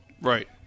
Right